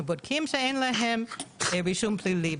אנחנו בודקים שאין להם רישום פלילי,